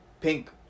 pink